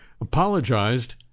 apologized